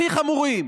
הכי חמורים.